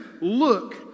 look